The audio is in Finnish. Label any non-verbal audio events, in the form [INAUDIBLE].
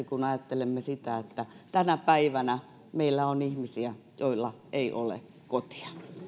[UNINTELLIGIBLE] kun ajattelemme sitä että tänä päivänä meillä on ihmisiä joilla ei ole kotia